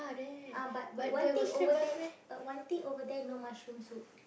ah but one thing over there but one thing over there no mushroom soup